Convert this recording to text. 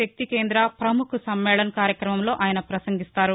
శక్తి కేంద ప్రముఖ్ సమ్మేళన్ కార్యక్రమంలో ఆయన పసంగిస్తారు